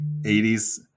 80s